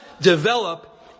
develop